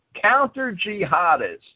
counter-jihadists